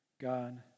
God